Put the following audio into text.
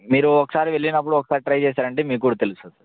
మీరు ఒకసారి వెళ్ళినప్పుడు ఒకసారి ట్రై చేసారంటే మీకు కూడా తెలుస్తుంది